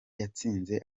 yatsinze